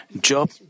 Job